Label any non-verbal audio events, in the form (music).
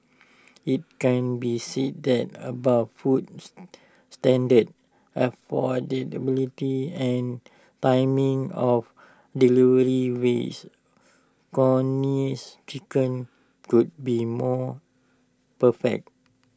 IT can be said that about food (unintelligible) standard affordability and timing of delivery wise Connie's chicken could be more perfect